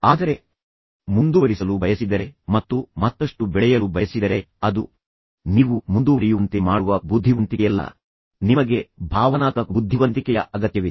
ಆದರೆ ನಂತರ ನೀವು ಅದನ್ನು ಮುಂದುವರಿಸಲು ಬಯಸಿದರೆ ನೀವು ಉಳಿಸಿಕೊಳ್ಳಲು ಮತ್ತು ಮತ್ತಷ್ಟು ಬೆಳೆಯಲು ಬಯಸಿದರೆ ಅದು ನೀವು ಮುಂದುವರಿಯುವಂತೆ ಮಾಡುವ ಬುದ್ಧಿವಂತಿಕೆಯಲ್ಲ ಮುಂದೆ ನಿಮಗೆ ಭಾವನಾತ್ಮಕ ಬುದ್ಧಿವಂತಿಕೆಯ ಅಗತ್ಯವಿದೆ